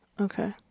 Okay